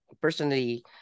personally